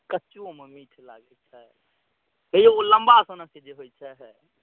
कच्चोमे मिठ लागै छै हेऔ ओ लम्बासनक जे होइ छै